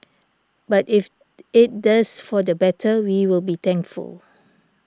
but if it does for the better we will be thankful